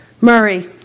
Murray